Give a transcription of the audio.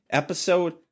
episode